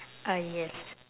uh yes